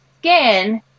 skin